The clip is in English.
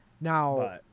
Now